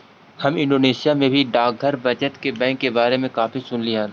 हम इंडोनेशिया में भी डाकघर बचत बैंक के बारे में काफी सुनली हल